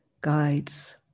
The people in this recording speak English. guides